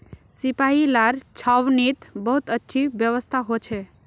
सिपाहि लार छावनीत बहुत अच्छी व्यवस्था हो छे